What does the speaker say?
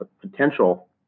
potential